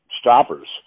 stoppers